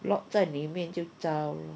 lock 在里面就遭